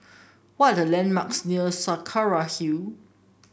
what are the landmarks near Saraca Hill